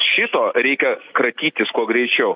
šito reikia kratytis kuo greičiau